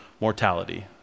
mortality